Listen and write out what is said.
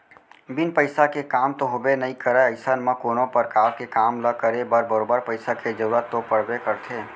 बिन पइसा के काम तो होबे नइ करय अइसन म कोनो परकार के काम ल करे बर बरोबर पइसा के जरुरत तो पड़बे करथे